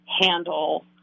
handle